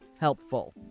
helpful